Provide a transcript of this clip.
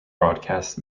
broadcast